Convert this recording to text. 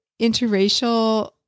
interracial